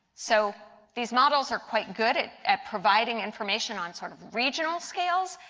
so these models are quite good at at providing information on sort of regional scales.